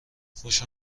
خوش